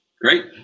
Great